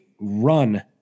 run